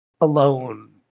alone